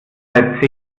seit